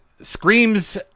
screams